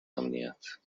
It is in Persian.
امنیت